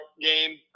game